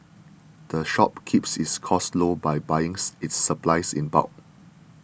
the shop keeps its costs low by buying its supplies in bulk